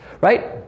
right